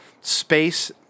space